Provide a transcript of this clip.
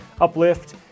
uplift